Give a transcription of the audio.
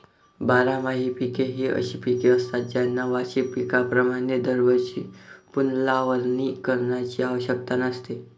बारमाही पिके ही अशी पिके असतात ज्यांना वार्षिक पिकांप्रमाणे दरवर्षी पुनर्लावणी करण्याची आवश्यकता नसते